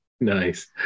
Nice